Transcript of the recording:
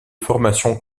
formations